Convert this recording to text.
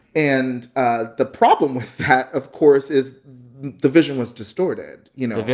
and ah the problem with that, of course, is the vision was distorted. you know,